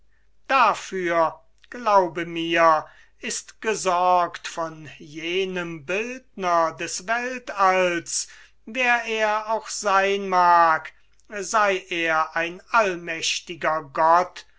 dafür glaube mir ist gesorgt von jenem bildner des weltalls wer er auch sein mag sei er ein allmächtiger gott